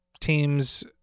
teams